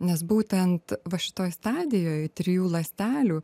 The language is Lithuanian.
nes būtent va šitoj stadijoj trijų ląstelių